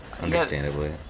Understandably